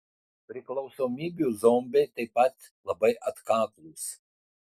priklausomybių zombiai taip pat labai atkaklūs